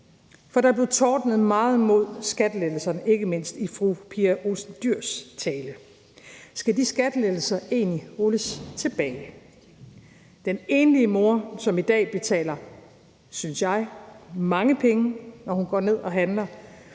for der blev tordnet meget imod skattelettelserne, ikke mindst i fru Pia Olsen Dyhrs tale: Skal de skattelettelser egentlig rulles tilbage? Skal den enlige mor, som i dag betaler, synes jeg, mange penge, når hun går ned og handler,